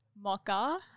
mocha